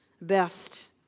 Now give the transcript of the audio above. best